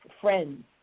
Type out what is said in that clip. friends